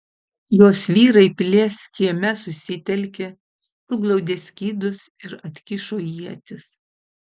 jos vyrai pilies kieme susitelkė suglaudė skydus ir atkišo ietis